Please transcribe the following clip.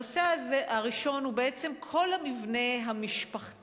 הנושא הראשון הוא בעצם כל המבנה המשפחתי: